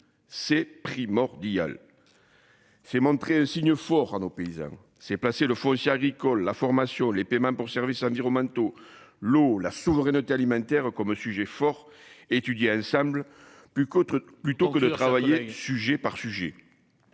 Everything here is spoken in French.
c'est primordial. S'est montré un signe fort à nos paysans c'est passé le foncier agricole la formation les paiements pour services. Manteau l'eau la souveraineté alimentaire comme sujet fort étudier ensemble plus qu'autre plutôt que de travailler le sujet par sujet,